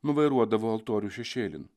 nuvairuodavo altorių šešėlin